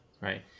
Right